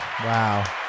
Wow